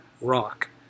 rock